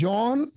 John